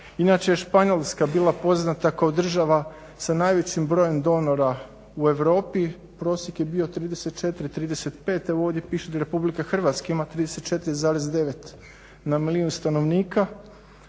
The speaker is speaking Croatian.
Inače je Španjolska bila poznata kao država sa najvećim brojem donora u Europi. Prosjek je bio 34, 35. Evo ovdje piše da Republika Hrvatska ima 34,9 na milijun stanovnika